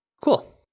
cool